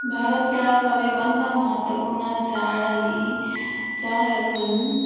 भारतका सबभन्दा महत्त्वपूर्ण चाड अनि चाडहरू हुन्